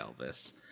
Elvis